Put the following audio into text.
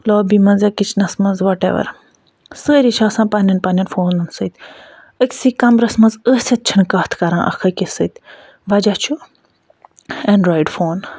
lobby منٛز یا کِچنَس منٛز وٹاٮ۪وَر سٲری چھِ آسان پَنٕنٮ۪ن پَنٕنٮ۪ن فونَن سۭتۍ أکسٕے کَمرَس منٛز ٲسِتھ چھِنہٕ کَتھ کران اکھ أکِس سۭتۍ وَجہہ چھُ اٮ۪نڑِیوڈ فون